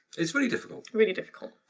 it's really difficult. really difficult.